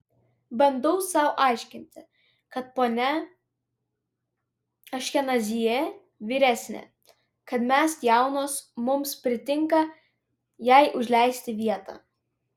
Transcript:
bandau sau aiškinti kad ponia aškenazyje vyresnė kad mes jaunos mums pritinka jai užleisti vietą